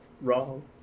wrong